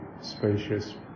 spacious